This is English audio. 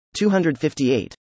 258